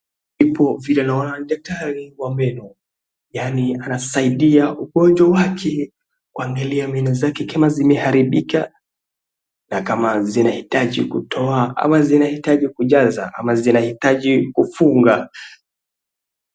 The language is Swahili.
Hivo vile naona ni daktari wa meno yaani anasaidia ugonjwa wake kuangalia meno zake kama zimeharibika, na kama zinahitaji kutoa ama zinahitaji kujaza ama zinahitaji kufunga.